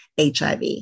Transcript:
HIV